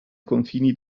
confini